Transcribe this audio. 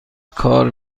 کار